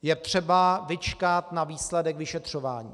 Je třeba vyčkat na výsledek vyšetřování.